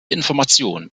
information